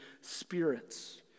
spirits